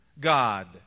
God